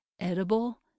edible